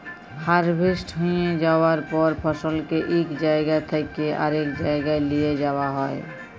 harvest হঁয়ে যাউয়ার পর ফসলকে ইক জাইগা থ্যাইকে আরেক জাইগায় লিঁয়ে যাউয়া হ্যয়